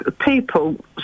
people